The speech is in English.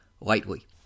lightly